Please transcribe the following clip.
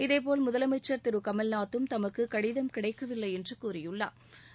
இதேபோல் முதலமைச்சா் திரு கமல்நாத்தும் தமக்கு கடிதம் கிடைக்கவில்லை என்று கூறியுள்ளாா்